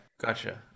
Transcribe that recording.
gotcha